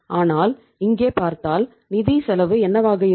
ஆனால் இங்கே பார்த்தால் நிதி செலவு என்னவாக இருக்கும்